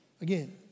Again